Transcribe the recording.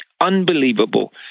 unbelievable